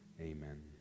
Amen